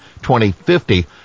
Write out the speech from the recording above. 2050